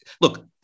look